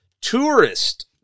tourist